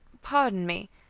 pardon me